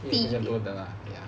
跌不会的 lah !aiya!